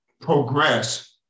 progress